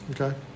Okay